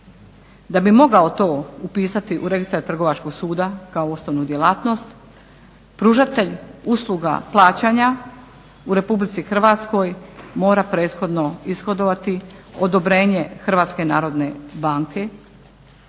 Da bi mogao to upisati u registar trgovačkog suda kao ustavnu djelatnost, pružatelj usluga plaćanja u RH mora prethodno ishodovati odobrenje HNB-a a uz to odobrenje